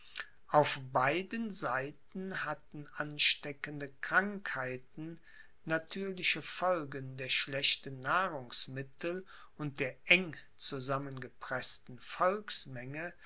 auf beiden seiten hatten ansteckende krankheiten natürliche folgen der schlechten nahrungsmittel und der eng zusammengepreßten volksmenge